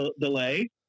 Delay